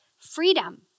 freedom